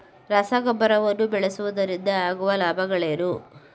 ರಸಗೊಬ್ಬರವನ್ನು ಬಳಸುವುದರಿಂದ ಆಗುವ ಲಾಭಗಳೇನು?